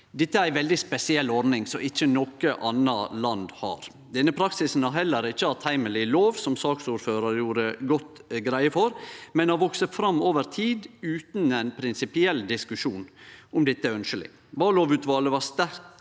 Dette er ei veldig spesiell ordning, som ikkje noko anna land har. Denne praksisen har heller ikkje hatt heimel i lov, som saksordføraren gjorde godt greie for, men har vakse fram over tid utan ein prinsipiell diskusjon om dette er ønskjeleg. Vallovutvalet var sterkt